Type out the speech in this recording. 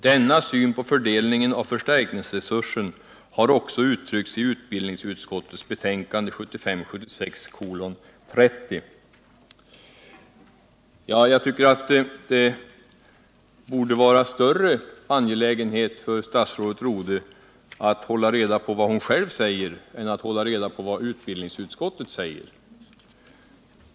Denna syn på fördelningen av förstärkningsresursen har också uttryckts i utbildningsutskottets betänkande 1975/ 16:30.” Jag tycker att det borde vara en större angelägenhet för statsrådet Rodhe att hålla reda på vad hon själv säger än att hålla reda på vad utbildningsutskottet säger.